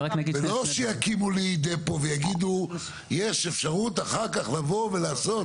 ולא שיקימו לי דפו ויגידו יש אפשרות אחר כך לבוא ולעשות.